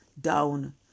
down